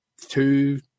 two